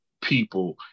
people